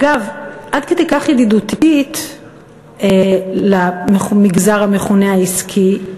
אגב, עד כדי כך ידידותית למגזר המכונה העסקי,